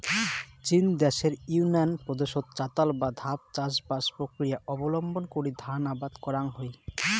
চীন দ্যাশের ইউনান প্রদেশত চাতাল বা ধাপ চাষবাস প্রক্রিয়া অবলম্বন করি ধান আবাদ করাং হই